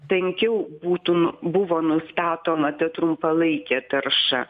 tankiau būtų buvo nustatoma ta trumpalaikė tarša